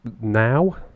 now